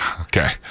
Okay